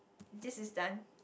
this is done